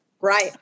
Right